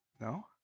No